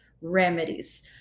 remedies